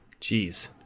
Jeez